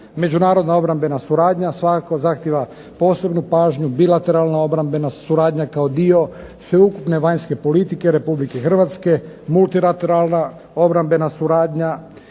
Međunarodna obrambena suradnja svakako zahtjeva posebnu pažnju, bilateralna obrambena suradnja kao dio sveukupne vanjske politike Republike Hrvatske, multilateralna obrambena suradnja